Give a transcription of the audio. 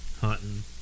hunting